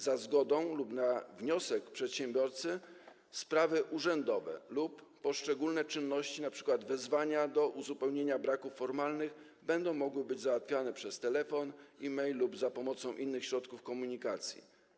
Za zgodą lub na wniosek przedsiębiorcy sprawy urzędowe lub poszczególne czynności, np. wezwania do uzupełnienia braków formalnych, będą mogły być załatwiane przez telefon, e-mail lub za pomocą innych środków komunikacji.